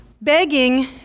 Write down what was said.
begging